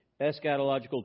eschatological